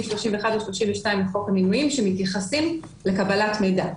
31 ו-32 לחוק המינויים שמתייחסים לקבלת מידע.